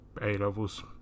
A-levels